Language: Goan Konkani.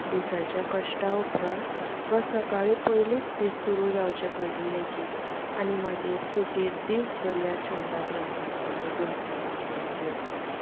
दिसाच्या कश्टा उपरांत वा सकाळी पयलींच दीस सुरू जावच्या पयलीं लेगीत आनी मागीर सुटये दीसभर ह्या छंदांत रमपाचो आनी गुंतपाचो आनंद घेवंक मेळटा